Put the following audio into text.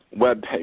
webpage